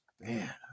man